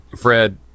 Fred